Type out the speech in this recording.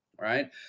right